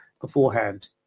beforehand